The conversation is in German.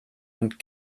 und